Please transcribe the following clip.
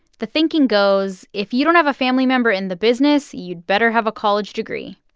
the thinking goes, if you don't have a family member in the business, you'd better have a college degree.